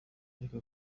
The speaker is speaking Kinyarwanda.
ariko